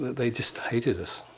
they just hated us.